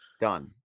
Done